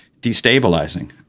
destabilizing